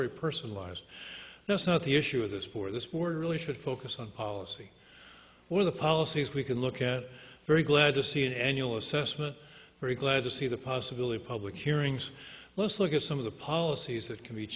very personalized now it's not the issue of this poor this board really should focus on policy or the policies we can look at very glad to see an annual assessment very glad to see the possibility public hearings let's look at some of the policies that can be